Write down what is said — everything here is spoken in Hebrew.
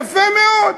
יפה מאוד.